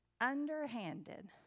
underhanded